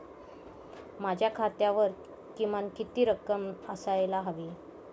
माझ्या खात्यावर किमान किती रक्कम असायला हवी?